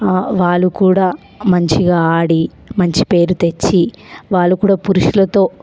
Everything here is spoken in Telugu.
వాళ్ళు కూడా మంచిగా ఆడి మంచి పేరు తెచ్చి వాళ్ళు కూడా పురుషులతో